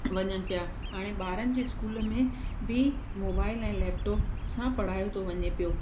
वञनि पिया हाणे ॿारनि जे स्कूल में बि मोबाइल ऐं लैपटॉप सां पढ़ायो थो वञे पियो